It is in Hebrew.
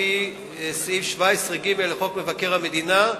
על-פי סעיף 17(ג) לחוק מבקר המדינה,